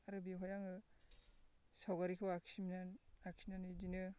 आरो बेवहाय आङो सावगारिखो आखिनो आखिनानै इदिनो